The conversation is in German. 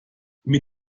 mit